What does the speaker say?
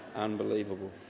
unbelievable